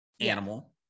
animal